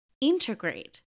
integrate